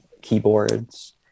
keyboards